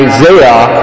Isaiah